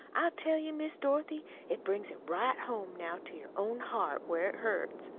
i tell you, miss dorothy, it brings it right home now to your own heart, where it hurts.